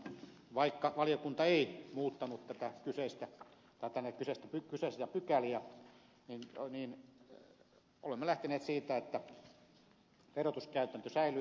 vaikka valiokunta ei muuttanut kyseisiä pykäliä niin olemme lähteneet siitä että verotuskäytäntö säilyy